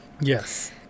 yes